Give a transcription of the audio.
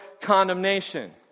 condemnation